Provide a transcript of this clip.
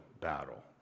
battle